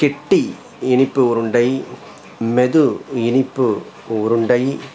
கெட்டி இனிப்பு உருண்டை மெது இனிப்பு உருண்டை